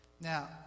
now